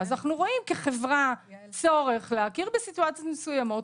אנחנו רואים כחברה צורך להכיר בסיטואציות מסוימות,